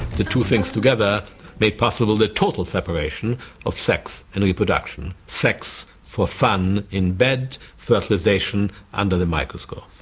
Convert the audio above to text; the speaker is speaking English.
the two things together made possible the total separation of sex and reproduction. sex for fun in bed, fertilisation under the microscope.